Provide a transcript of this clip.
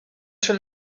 czy